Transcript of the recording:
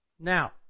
Now